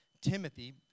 Timothy